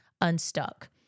Unstuck